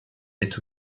est